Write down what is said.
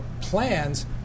plans